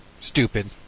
Stupid